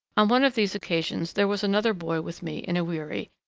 on one of these occasions there was another boy with me in a wherry,